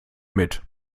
mit